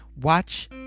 Watch